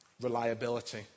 reliability